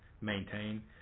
maintain